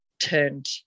turned